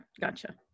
gotcha